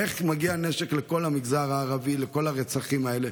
איך מגיע נשק לכל המגזר הערבי, לכל הרוצחים האלה?